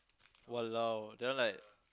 !walao! that one like